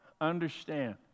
understand